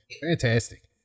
fantastic